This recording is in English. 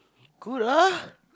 good ah